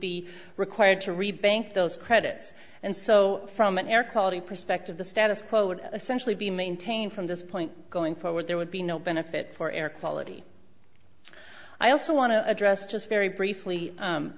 be required to read bank those credits and so from an air quality perspective the status quo would essentially be maintained from this point going forward there would be no benefit for air quality i also want to address just very briefly